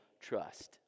trust